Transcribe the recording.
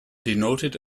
denoted